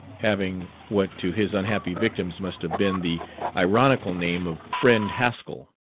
having, what to his unhappy victims must have been the ironical name of friend haskall.